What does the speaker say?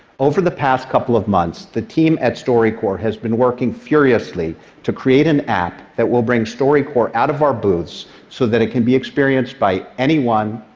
over the past couple of months, the team at storycorps has been working furiously to create an app that will bring storycorps out of our booths so that it can be experienced by anyone,